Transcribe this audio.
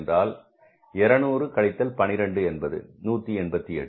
என்றால் 200 கழித்தல் 12 என்பது 188